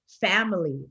family